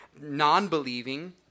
non-believing